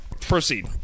Proceed